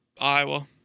Iowa